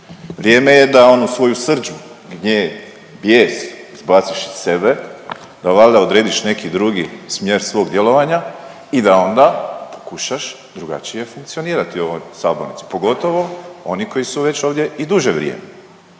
vrijeme je da onu svoju srdžbu, gnjev, bijes izbaciš iz sebe da valjda odrediš neki drugi smjere svog djelovanja i da onda pokušaš drugačije funkcionirati u ovoj sabornici, pogotovo oni koji su već ovdje i duže vrijeme